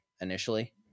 Initially